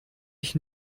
ich